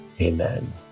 Amen